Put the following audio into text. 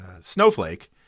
snowflake